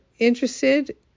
interested